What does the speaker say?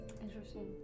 Interesting